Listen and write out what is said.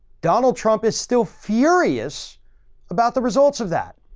donald trump is still furious about the results of that.